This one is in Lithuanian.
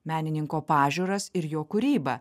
menininko pažiūras ir jo kūrybą